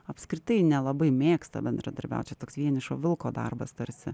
apskritai nelabai mėgsta bendradarbiaut čia toks vienišo vilko darbas tarsi